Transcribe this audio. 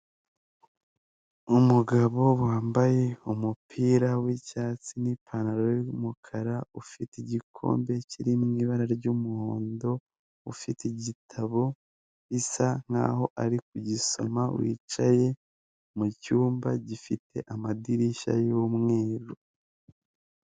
Umugabo wambaye umupira w'icyatsi n'ipantaro y'umukara ufite igikombe kiri mu ibara ry'umuhondo, ufite igitabo bisa nkaho ari kugisoma wicaye mu cyumba gifite amadirishya y'umweru.